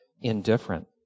Indifferent